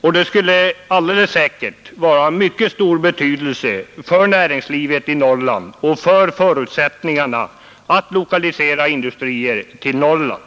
och det skulle alldeles säkert vara av mycket stor betydelse för näringslivet i Norrland och för förutsättningarna att lokalisera industrier till Norrland.